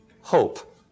hope